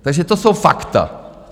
Takže to jsou fakta.